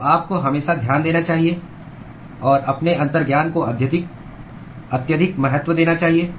तो आपको हमेशा ध्यान देना चाहिए और अपने अंतर्ज्ञान को अत्यधिक महत्व देना चाहिए